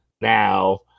now